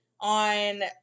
on